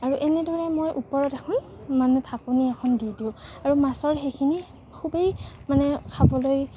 আৰু এনেদৰে মই ওপৰত এখন মানে ঢাকনি এখন দি দিওঁ আৰু মাছৰ সেইখিনি খুবেই মানে খাবলৈ